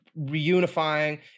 reunifying